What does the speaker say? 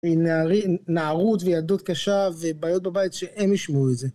עם נערות וילדות קשה ובעיות בבית שהם ישמעו את זה.